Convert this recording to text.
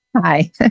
Hi